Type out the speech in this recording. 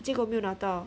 结果没有拿到